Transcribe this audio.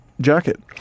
Jacket